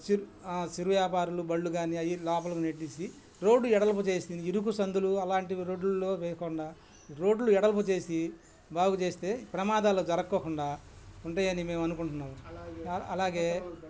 సిరు సిరు వ్యాపారులు బళ్ళు గానీ అయ్యి లోపలికి నెట్టేసి రోడ్డు వెడల్పు చేసి ఇరుకు సందులు అలాంటివి రోడ్డులో వేయకుండా రోడ్లు ఎడల్పు చేసి బాగు చేస్తే ప్రమాదాలు జరకోకుండా ఉంటయని మేము అనుకుంటున్నాము అలాగే